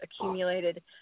accumulated